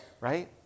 Right